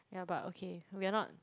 yeah but okay we are not